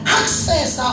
access